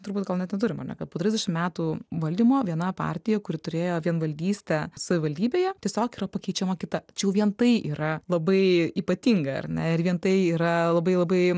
turbūt gal net neturim ane kad po trisdešim metų valdymo viena partija kuri turėjo vienvaldystę savivaldybėje tiesiog yra pakeičiama kita čia jau vien tai yra labai ypatinga ar ne ir vien tai yra labai labai